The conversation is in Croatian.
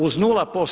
Uz 0%